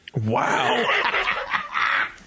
Wow